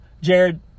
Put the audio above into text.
Jared